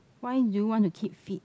why you want to keep fit